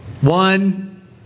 One